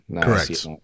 Correct